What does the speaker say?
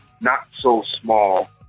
not-so-small